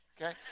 Okay